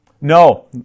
No